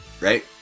right